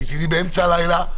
מצידי באמצע הלילה,